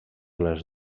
les